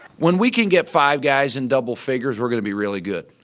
when we can get five guys in double figures, we're going to be really good.